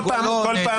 נהדר.